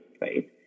right